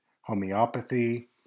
homeopathy